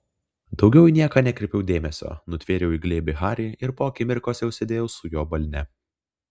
daugiau į nieką nekreipiau dėmesio nutvėriau į glėbį harį ir po akimirkos jau sėdėjau su juo balne